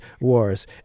wars